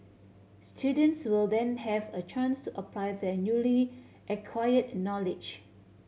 students will then have a chance to apply their newly acquired knowledge